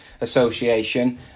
Association